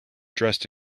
dressed